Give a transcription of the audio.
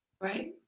Right